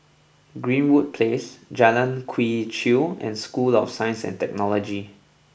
Greenwood Place Jalan Quee Chew and School of Science and Technology